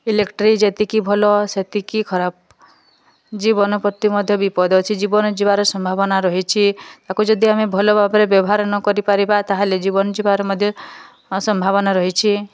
electric ଯେତିକି ଭଲ ସେତିକି ଖରାପ ଜୀବନ ପ୍ରତି ମଧ୍ୟ ବିପଦ ଅଛି ଜୀବନ ଯିବାର ସମ୍ଭାବନା ରହିଚି ତାକୁ ଯଦି ଆମେ ଭଲ ଭାବରେ ବ୍ୟବହାର ନକରି ପାରିବା ତାହେଲେ ଜୀବନ ଯିବାର ମଧ୍ୟ ସମ୍ଭାବନା ରହିଛି